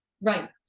Right